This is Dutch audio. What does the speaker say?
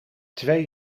twee